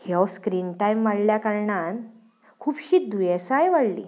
ह्यो screen time वाडल्या कारणान खुबशीं दुयेंसांय वाडलीं